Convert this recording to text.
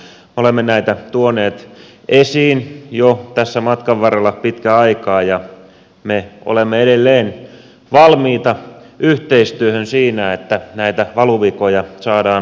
me olemme näitä tuoneet esiin jo tässä matkan varrella pitkän aikaa ja me olemme edelleen valmiita yhteistyöhön siinä että näitä valuvikoja saadaan korjattua